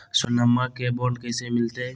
सोनमा के बॉन्ड कैसे बनते?